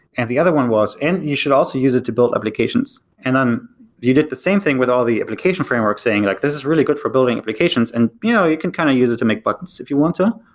and the other one was and you should also use it to build applications. and you did the same thing with all the application frameworks saying like, this is really good for building applications and you know you can kind of use it to make buttons if you want to,